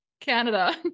canada